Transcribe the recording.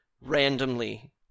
randomly